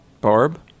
Barb